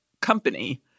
company